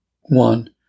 One